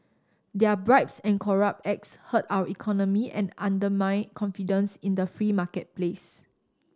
their bribes and corrupt acts hurt our economy and undermine confidence in the free marketplace